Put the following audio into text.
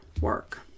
work